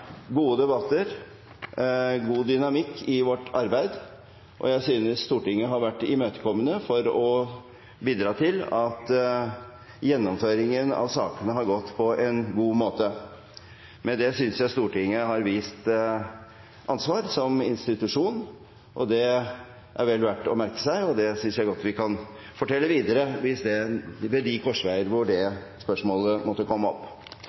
gode debatter og god dynamikk i vårt arbeid, og jeg synes Stortinget har vært imøtekommende når det gjelder å bidra til at gjennomføringen av sakene har gått på en god måte. Med det har Stortinget vist ansvar som institusjon, og det er vel verdt å merke seg, og det kan vi godt fortelle videre ved de korsveier hvor det spørsmålet måtte komme opp.